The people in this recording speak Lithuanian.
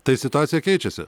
tai situacija keičiasi